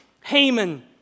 Haman